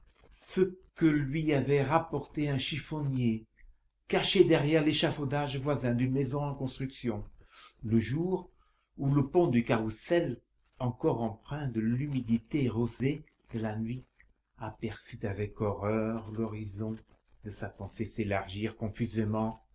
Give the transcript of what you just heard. ce que lui avait rapporté un chiffonnier caché derrière l'échafaudage voisin d'une maison en construction le jour où le pont du carrousel encore empreint de l'humide rosée de la nuit aperçut avec horreur l'horizon de sa pensée s'élargir confusément